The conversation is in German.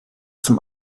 zum